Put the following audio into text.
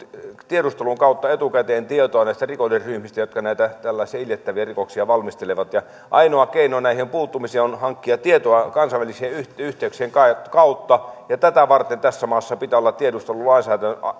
tiedustelun kautta etukäteen tietoa näistä rikollisryhmistä jotka näitä tällaisia iljettäviä rikoksia valmistelevat ainoa keino näihin puuttumiseen on hankkia tietoa kansainvälisten yhteyksien kautta kautta ja tätä varten tässä maassa pitää olla tiedustelulainsäädäntö